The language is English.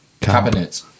cabinet